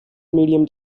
medium